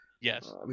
Yes